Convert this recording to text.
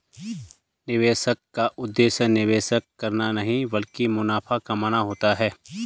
निवेशक का उद्देश्य निवेश करना नहीं ब्लकि मुनाफा कमाना होता है